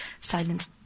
silence